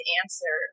answer